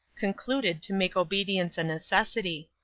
concluded to make obedience a necessity.